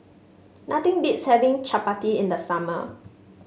nothing beats having Chapati in the summer